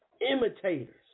imitators